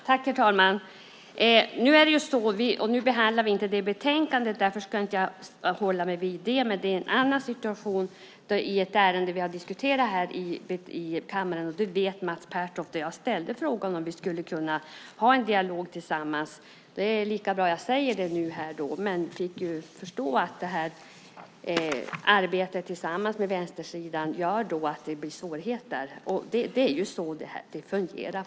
Herr talman! Nu behandlar vi inte det betänkandet, och därför ska jag inte uppehålla mig vid det. I en annan situation i ett ärende vi har diskuterat i kammaren - det vet Mats Pertoft - ställde jag en fråga om vi kan ha en dialog tillsammans. Det är lika bra jag säger det nu. Men jag förstod att arbetet tillsammans med vänstersidan gör att det blir svårigheter. Det är så det fungerar.